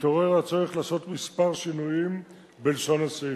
התעורר הצורך לעשות כמה שינויים בלשון הסעיפים.